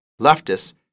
leftists